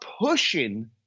pushing